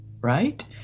right